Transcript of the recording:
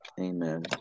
Amen